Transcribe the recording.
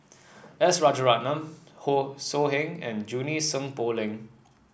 S Rajaratnam So Heng and Junie Sng Poh Leng